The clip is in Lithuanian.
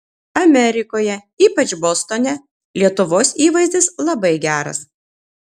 amerikoje ypač bostone lietuvos įvaizdis labai geras